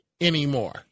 anymore